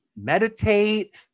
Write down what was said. Meditate